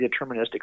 deterministic